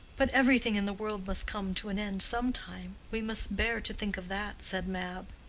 but everything in the world must come to an end some time. we must bear to think of that, said mab,